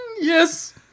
Yes